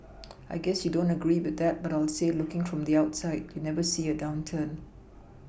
I guess you don't agree with that but I'll say looking from the outside you never see a downturn